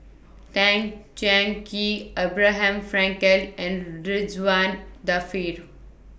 Tan Cheng Kee Abraham Frankel and Ridzwan Dzafir